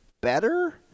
better